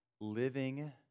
Living